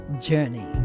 journey